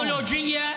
( יש טכנולוגיה.